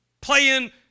playing